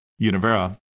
Univera